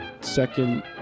second